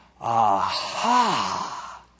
Aha